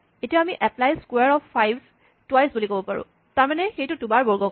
এতিয়া আমি এপ্লাই ক্সোৱাৰ অফ ফাইভ টোৱাইছ বুলি ক'ব পাৰোঁ তাৰমানে সেইটো দুবাৰ বৰ্গ কৰা